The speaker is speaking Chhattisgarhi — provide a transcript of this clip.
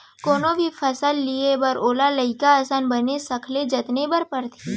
कोनो भी फसल लिये बर ओला लइका असन बनेच सखले जतने बर परथे